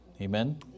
Amen